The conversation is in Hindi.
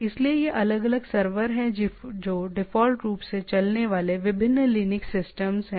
इसलिए ये अलग अलग सर्वर हैं जो डिफॉल्ट रूप से चलने वाले विभिन्न लिनक्स सिस्टम हैं